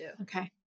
Okay